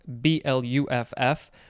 B-L-U-F-F